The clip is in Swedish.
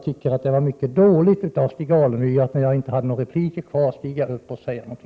Det var mycket dåligt handlat av Stig Alemyr att stiga upp och säga något sådant, när jag inte hade någon replikrätt.